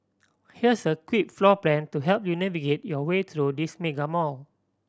here's a quick floor plan to help you navigate your way through this mega mall